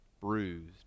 bruised